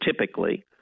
typically